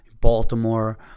Baltimore